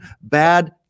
bad